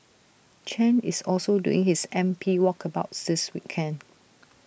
Chen is also doing his M P walkabouts this weekend